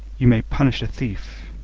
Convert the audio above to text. you may punish a thief,